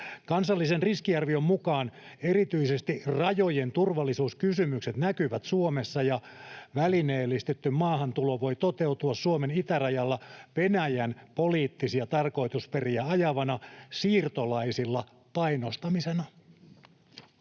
Kansallisen riskiarvion mukaan erityisesti rajojen turvallisuuskysymykset näkyvät Suomessa ja välineellistetty maahantulo voi toteutua Suomen itärajalla Venäjän poliittisia tarkoitusperiä ajavana siirtolaisilla painostamisena.